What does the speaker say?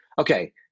Okay